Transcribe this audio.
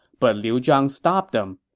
but liu zhang stopped them.